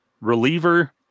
reliever